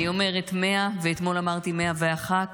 אני אומרת 100 ואתמול אמרתי 101,